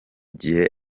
gihe